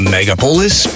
Megapolis